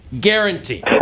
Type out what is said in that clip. Guaranteed